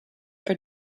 are